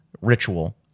ritual